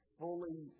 fully